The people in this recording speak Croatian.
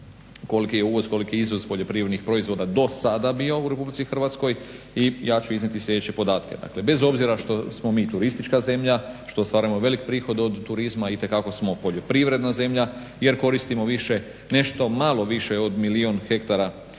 koliki je uvoz, koliki izvoz poljoprivrednih proizvoda dosada bio u RH i ja ću iznijeti sljedeće podatke. Dakle, bez obzira što smo mi turistička zemlja, što ostvarujemo velik prihod od turizma itekako smo poljoprivredna zemlja jer koristimo nešto malo više od milijun hektara